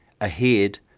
ahead